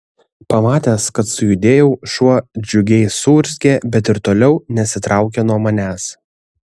pamatęs kad sujudėjau šuo džiugiai suurzgė bet ir toliau nesitraukė nuo manęs